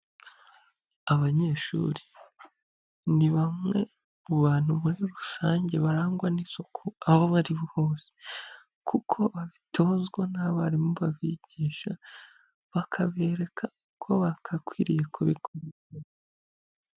Abanyeshuri ni bamwe mu bantu muri rusange barangwa n'isuku aho bari hose kuko babitozwa n'abarimu babigisha, bakabereka uko bagakwiriye kubikora.